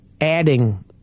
adding